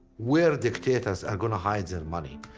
where dictators are gonna hide their money?